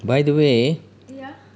by the way